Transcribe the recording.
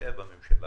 שהיה בממשלה,